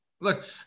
Look